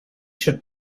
should